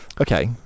Okay